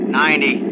ninety